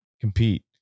compete